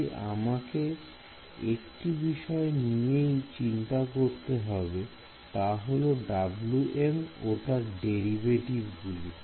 তাই আমাকে একটি বিষয় নিয়েই চিন্তা করতে হবে তা হল Wm ও তার ডেরিভেটিভ গুলি